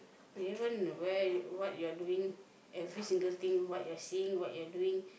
even where and what you are doing every single thing what you are seeing what you are doing